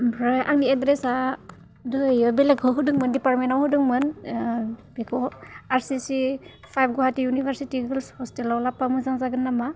ओमफ्राय आंनि एड्रेसआ दोहैयो बेलेकखौ होदोंमोन डिपार्टमेन्टआव होदोंमोन बेखौ R C C five Guwahati university girls हस्टेलाव लाबोबा मोजां जागोन नामा